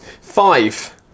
Five